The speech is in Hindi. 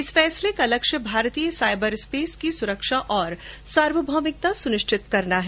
इस फैसले का लक्ष्य भारतीय साइबर स्पेस की सुरक्षा और सार्वभौमिकता सुनिश्चित करना है